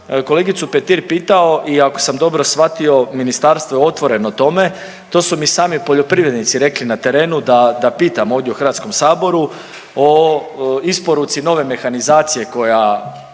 kolegicu Petir pitao i ako sam dobro shvatio ministarstvo je otvoreno tome, to su mi i sami poljoprivrednici rekli na terenu da, da pitam ovdje u HS o isporuci nove mehanizacije koja